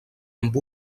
amb